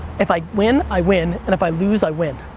if i win, i win and if i lose, i win.